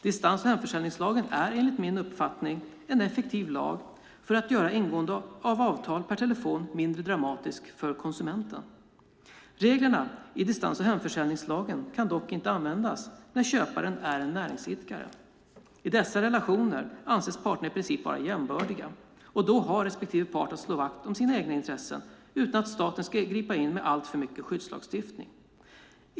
Distans och hemförsäljningslagen är enligt min uppfattning en effektiv lag för att göra ingående av avtal per telefon mindre dramatiskt för konsumenten. Reglerna i distans och hemförsäljningslagen kan dock inte användas när köparen är en näringsidkare. I dessa relationer anses parterna i princip vara jämbördiga och då har respektive part att slå vakt om sina egna intressen utan att staten ska gripa in med alltför mycket skyddslagstiftning.